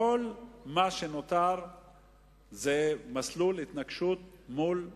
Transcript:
כל מה שנותר זה מסלול התנגשות מול ארצות-הברית.